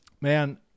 man